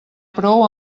prou